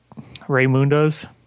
Raymundo's